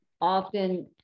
often